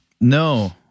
No